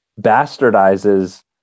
bastardizes